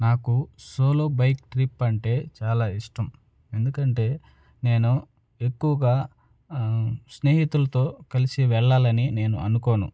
నాకు solo bike trip అంటే చాలా ఇష్టం ఎందుకంటే నేను ఎక్కువగా స్నేహితులతో కలిసి వెళ్ళాలని నేను అనుకోను